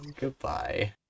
Goodbye